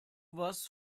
was